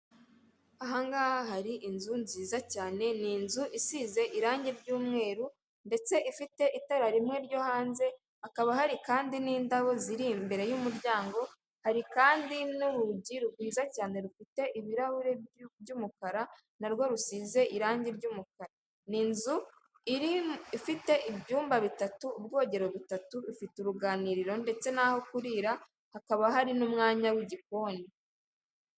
Ahangaha hari inzu nziza cyane ni inzu isize irangi ry'umweru ndetse ifite itara rimwe ryo hanze hakaba hari kandi n'indabo ziri imbere y'umuryango hari kandi n'urugi rwiza cyane rufite ibirahuri by'umukara narwo rushin irangi ry'umukara ni inzu iri ifite ibyumba bitatu ubwogero butatu ifite uruganiriro ndetse naho kurira hakaba hari n'umwanya w'igikoni.